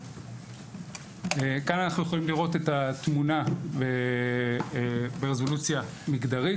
כאן אנחנו יכולים לראות את התמונה ברזולוציה מגדרית.